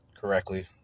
correctly